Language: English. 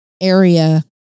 area